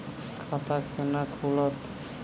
खाता केना खुलत?